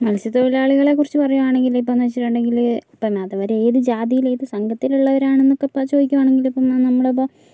മത്സ്യത്തൊഴിലാളികളെക്കുറിച്ച് പറയുകയാണെങ്കിൽ ഇപ്പോന്നെച്ച്ട്ട്ണ്ടങ്കില് പിന്നെ അവരേത് ജാതിയില് അവരേത് സംഘത്തിലുള്ളവരാണെന്ന്പ്പോ ചോയിക്കുവാണെങ്കിലിപ്പം നമ്മളിപ്പം